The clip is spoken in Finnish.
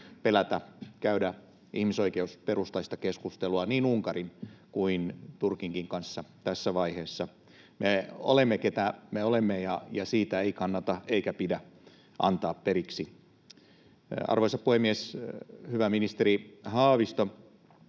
pelätä käydä ihmisoikeusperustaista keskustelua niin Unkarin kuin Turkinkaan kanssa tässä vaiheessa. Me olemme, keitä me olemme, ja siitä ei kannata eikä pidä antaa periksi. Arvoisa puhemies! Hyvä ministeri Haavisto,